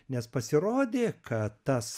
nes pasirodė kad tas